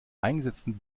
eingesetzten